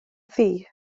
thi